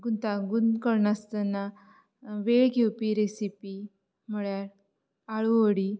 गुंतागूंत करनासतना वेळ घेवपी रेसिपी म्हळ्यार आळू वडी